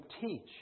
teach